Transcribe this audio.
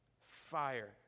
Fire